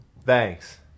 Thanks